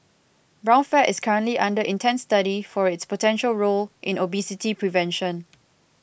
brown fat is currently under intense study for its potential role in obesity prevention